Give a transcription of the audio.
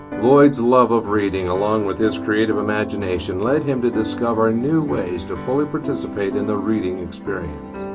lloyd's love of reading along with his creative imagination led him to discover new ways to fully participate in a reading experience,